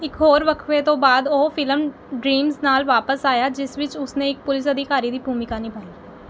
ਇੱਕ ਹੋਰ ਵਕਫ਼ੇ ਤੋਂ ਬਾਅਦ ਉਹ ਫਿਲਮ ਡਰੀਮਜ਼ ਨਾਲ ਵਾਪਸ ਆਇਆ ਜਿਸ ਵਿੱਚ ਉਸ ਨੇ ਇੱਕ ਪੁਲਿਸ ਅਧਿਕਾਰੀ ਦੀ ਭੂਮਿਕਾ ਨਿਭਾਈ